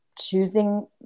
choosing